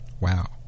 Wow